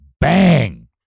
Bang